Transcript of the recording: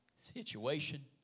Situation